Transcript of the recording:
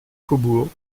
faubourg